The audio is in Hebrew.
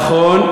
נכון.